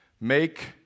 Make